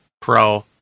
pro